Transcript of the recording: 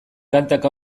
kantak